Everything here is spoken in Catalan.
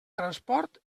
transport